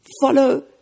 follow